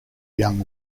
young